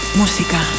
música